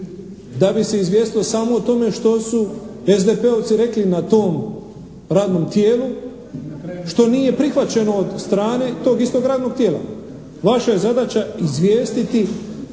da bi se izvijestilo samo o tomu što su SDP-ovci rekli na tom radnom tijelu, što nije prihvaćeno od strane to istog radnog tijela. Vaša je zadaća izvijestiti